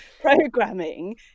programming